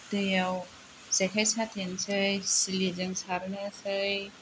दैआव जेखाय साथेनोसै सिलिजों सारनोसै